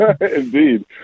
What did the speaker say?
Indeed